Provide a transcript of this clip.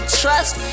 trust